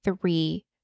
three